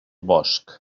bosc